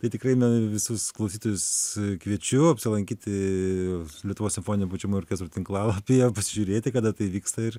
tai tikrai na visus klausytojus kviečiu apsilankyti lietuvos simfoninio pučiamųjų orkestrų tinklalapyje pasižiūrėti kada tai vyksta ir